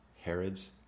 Herod's